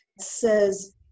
says